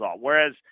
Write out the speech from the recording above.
whereas